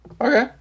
Okay